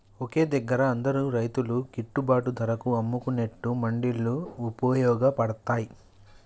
ఒకే దగ్గర అందరు రైతులు గిట్టుబాటు ధరకు అమ్ముకునేట్టు మండీలు వుపయోగ పడ్తాయ్